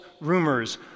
rumors